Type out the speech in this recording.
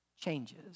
changes